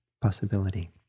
possibility